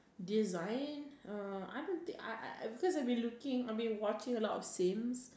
design uh I've been think I I I because I've been looking I've been watching a lot of sims